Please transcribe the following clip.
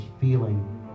feeling